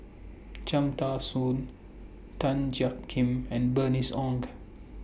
Cham Tao Soon Tan Jiak Kim and Bernice Ong